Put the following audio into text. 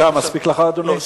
דקה מספיקה לך, אדוני?